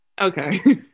Okay